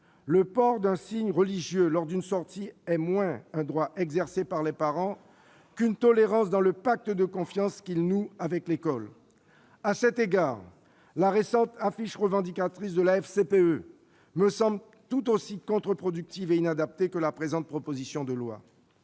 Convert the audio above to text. le port d'un signe religieux lors d'une sortie est moins un droit exercé par les parents qu'une tolérance dans le pacte de confiance qu'ils nouent avec l'école. À cet égard, la récente affiche revendicatrice de la FCPE me semble tout aussi contre-productive et inadaptée que la présente proposition de loi.